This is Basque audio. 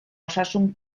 osasun